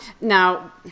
Now